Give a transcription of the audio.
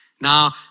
Now